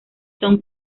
son